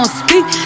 speak